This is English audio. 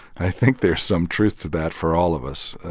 i think there's some truth to that for all of us,